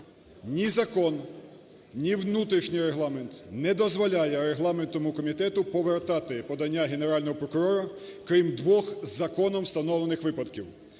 Ні закон, ні внутрішній Регламент не дозволяє регламентному комітету повертати подання Генерального прокурора, крім двох законом встановлених випадків.